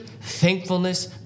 thankfulness